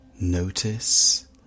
Notice